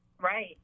Right